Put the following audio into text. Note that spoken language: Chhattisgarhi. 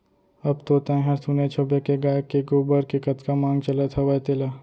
अब तो तैंहर सुनेच होबे के गाय के गोबर के कतका मांग चलत हवय तेला